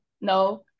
no